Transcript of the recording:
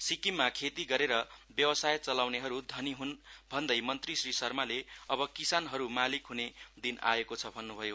सिक्रिममा खेती गरेर व्यवसाय चलाउनेहरू धनी हुन भन्दै मन्त्री श्री शर्माले अब किसानहरू मालिक हुने दिन आएको छ भन्नुभयो